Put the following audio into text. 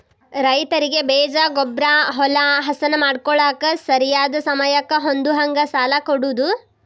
ರೈತರಿಗೆ ಬೇಜ, ಗೊಬ್ಬ್ರಾ, ಹೊಲಾ ಹಸನ ಮಾಡ್ಕೋಳಾಕ ಸರಿಯಾದ ಸಮಯಕ್ಕ ಹೊಂದುಹಂಗ ಸಾಲಾ ಕೊಡುದ